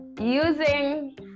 using